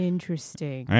Interesting